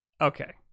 Okay